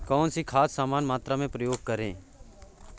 कौन सी खाद समान मात्रा में प्रयोग करें?